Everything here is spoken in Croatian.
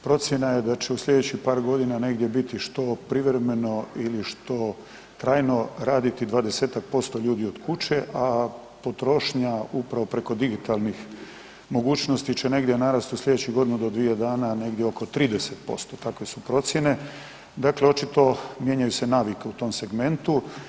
Procjena je da će u slijedećih par godina negdje biti što privremeno ili što trajno raditi 20-ak posto ljudi od kuće a potrošnja upravo preko digitalnih mogućnosti će negdje narast u slijedećih godinu do dvije dana, negdje oko 30%, takve su procjene, dakle očito mijenjaju se navike u tom segmentu.